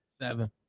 Seven